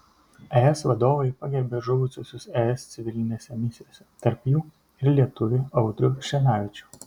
es vadovai pagerbė žuvusiuosius es civilinėse misijose tarp jų ir lietuvį audrių šenavičių